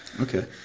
Okay